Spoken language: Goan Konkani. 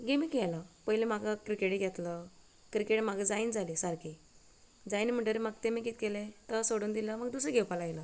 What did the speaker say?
गॅमीक व्हेलो पयलीं म्हाका क्रिकेटीक घेतलो क्रिकेट म्हाका जायना जाली सारकी जायना म्हुणटोरी म्हाका तेणी कितें केलें तो सोडून दिलो दुसरो घेवपा लायलो